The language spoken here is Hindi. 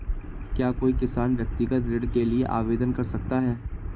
क्या कोई किसान व्यक्तिगत ऋण के लिए आवेदन कर सकता है?